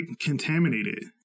contaminated